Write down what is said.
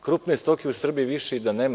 Krupne stoke u Srbiji više i nema.